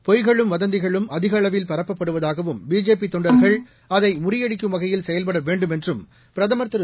பொய்களும் வதந்திகளும் அதிக அளவில் பரப்பப்படுவதாகவும் பிஜேபி தொண்டர்கள் அதை முறியடிக்கும் வகையில் செயல்பட வேண்டும் என்றும் பிரதமர் திரு